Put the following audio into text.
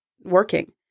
working